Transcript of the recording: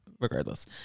regardless